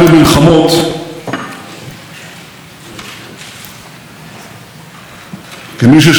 כמי ששכל אח וחברים לנשק רבים שנפלו בשדות הקרב,